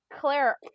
Claire